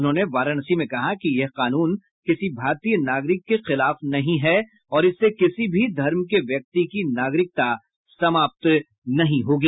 उन्होंने वाराणसी में कहा कि यह कानून किसी भारतीय नागरिक के खिलाफ नहीं है और इससे किसी भी धर्म के व्यक्ति की नागरिकता समाप्त नहीं होगी